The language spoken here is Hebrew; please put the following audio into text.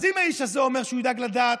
אז אם האיש הזה אומר שהוא ידאג לדת,